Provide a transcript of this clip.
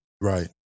Right